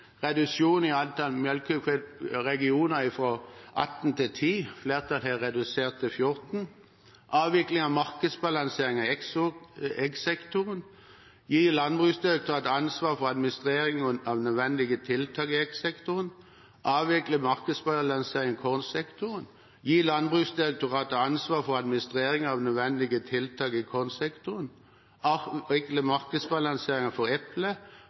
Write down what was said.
reduksjon i antall melkeregioner fra 18 til 10 – flertallet har redusert det til 14 avvikling av markedsbalanseringen i eggsektoren gi Landbruksdirektoratet ansvaret for administrering av nødvendige tiltak i eggsektoren avvikle markedsbalanseringen i kornsektoren gi Landbruksdirektoratet ansvaret for administrering av nødvendige tiltak i kornsektoren avvikle markedsbalanseringen for